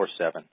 24/7